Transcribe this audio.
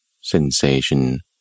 sensation